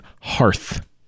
hearth